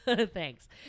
thanks